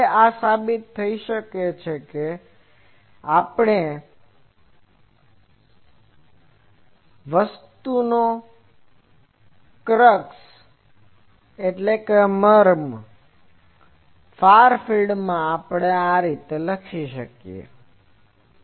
હવે આ સાબિત થઈ શકે છે આપણે સાબિત કરી રહ્યા નથી આપણે લઈ રહ્યા છીએ કે આ આ આખી વસ્તુનો ક્ર્ક્સ Crux મર્મ છે કે ફાર ફિલ્ડમાં આપણે આ લખી શકીએ છીએ